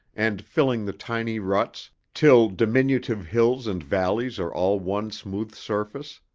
and filling the tiny ruts, till diminutive hills and valleys are all one smooth surface?